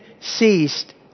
ceased